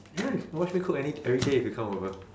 ya you can watch me cook any every day if you come over